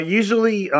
usually